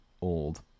old